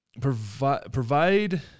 provide